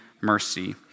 mercy